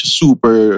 super